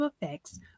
effects